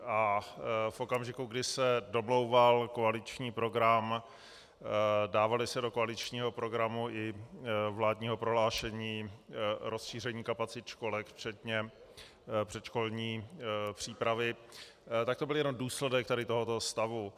A v okamžiku, kdy se domlouval koaliční program, dávalo se do koaličního programu i vládního prohlášení rozšíření kapacit školek včetně předškolní přípravy, tak to byl jen důsledek tohoto stavu.